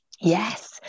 Yes